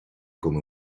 come